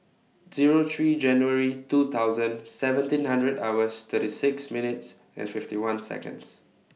Zero three January two thousand seventeen hundred hours thirty six minutes and fifty one Seconds